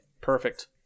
perfect